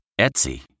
Etsy